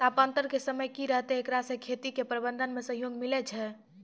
तापान्तर के समय की रहतै एकरा से खेती के प्रबंधन मे सहयोग मिलैय छैय?